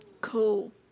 Cool